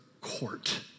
court